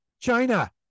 China